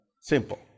Simple